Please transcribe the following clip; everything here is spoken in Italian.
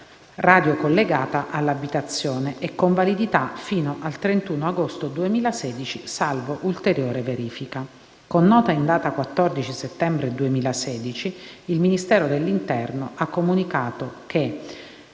radio-collegato all'abitazione, e con validità fino al 31 agosto 2016, salvo ulteriore verifica. Con nota in data 14 settembre 2016, il Ministero dell'interno ha comunicato che,